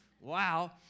Wow